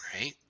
right